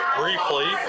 briefly